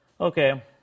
Okay